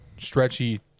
stretchy